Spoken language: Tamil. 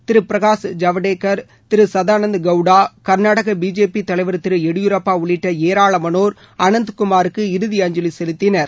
திரு பிரகாஷ் ஜவடேகர் திரு சதானந்த் கவுடா கர்நாடக பிஜேபி தலைவர் திரு எடியூரப்பா உள்ளிட்ட ஏராளமானோர் அனந்த் குமாருக்கு இறுதி அஞ்சலி செலுத்தினர்